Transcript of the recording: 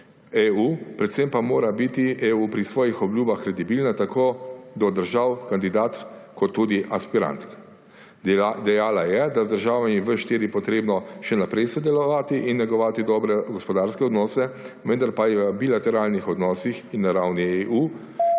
EU, predvsem pa mora biti EU pri svojih obljubah kredibilna tako do držav kandidatk kot tudi aspirantk. Dejala je, da je z državami V4 treba še naprej sodelovati in negovati dobre gospodarske odnose, vendar pa je v bilateralnih odnosih in na ravni EU